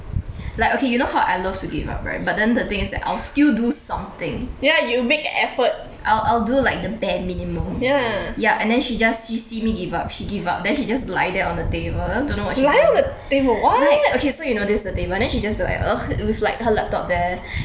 like okay you know how I love to give up right but then the thing is that I'll still do something I'll I'll do like the bare minimum ya and then she just she see me give up she give up then she just lie there on the table don't know what she doing like okay so you know this is the table then she just be like uh with like her laptop there